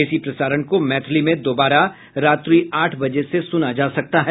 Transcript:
इसी प्रसारण को मैथिली में दोबारा रात्रि आठ बजे से सुना जा सकता है